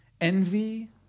envy